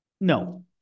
No